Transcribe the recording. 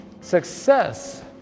success